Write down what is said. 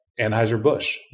Anheuser-Busch